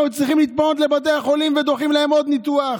היו צריכים להתפנות לבתי החולים ודוחים להם עוד ניתוח?